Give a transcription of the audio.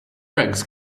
rex